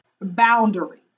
boundaries